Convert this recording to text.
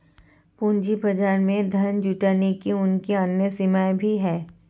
पूंजी बाजार में धन जुटाने की उनकी अन्य सीमाएँ भी हैं